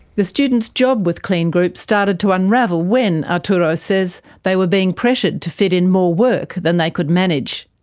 the students' job with kleen group started to unravel when, arturo says, they were being pressured to fit in more work than they could manage.